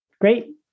Great